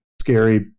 scary